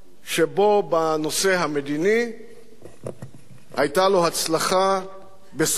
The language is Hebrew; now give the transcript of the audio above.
שבו בנושא המדיני היתה לו הצלחה בסופה